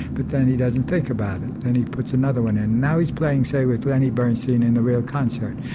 but then he doesn't think about it and he puts another one in. and now he's playing, say with lenny bernstein in a real concert,